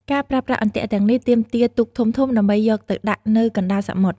ការប្រើប្រាស់អន្ទាក់ទាំងនេះទាមទារទូកធំៗ ដើម្បីយកទៅដាក់នៅកណ្ដាលសមុទ្រ។